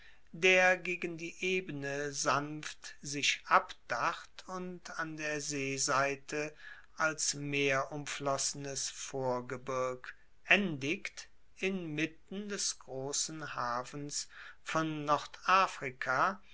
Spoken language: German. der gegen die ebene sanft sich abdacht und an der seeseite als meerumflossenes vorgebirg endigt inmitten des grossen hafens von